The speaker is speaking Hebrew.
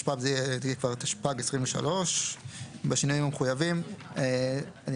התשפ"ג-2023 בשינויים המחויבים; אני